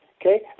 Okay